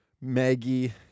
Maggie